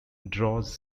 draws